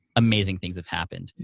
amazing things have happened.